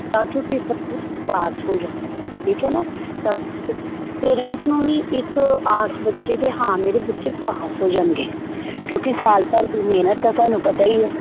ਤਾਂ ਕਿ ਉਹ ਪੇਪਰ ਵਿੱਚ ਪਾਸ ਹੋ ਜਾਣ ਠੀਕ ਹੈ ਨਾ ਪੇਰੈਂਟਸ ਨੂੰ ਵੀ ਇੱਕ ਆਸ ਬੱਝੇ ਕਿ ਹਾਂ ਮੇਰੇ ਬੱਚੇ ਪਾਸ ਹੋ ਜਾਣਗੇ ਕਿਉਂਕਿ ਸਾਲ ਭਰ ਦੀ ਮਿਹਨਤ ਆ ਤੁਹਾਨੂੰ ਪਤਾ ਹੀ ਆ